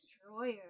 Destroyer